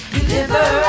Deliver